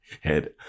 head